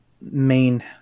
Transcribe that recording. main